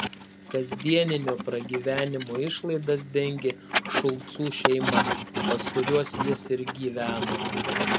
kasdienio pragyvenimo išlaidas dengė šulcų šeima pas kuriuos jis ir gyveno